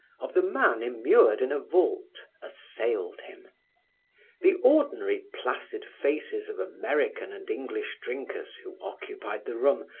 of the man immured in a vault, assailed him the ordinary placid faces of american and english drinkers who occupied the room,